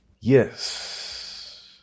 Yes